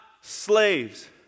slaves